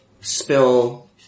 spill